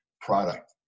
product